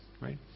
right